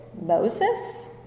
Moses